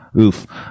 oof